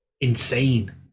insane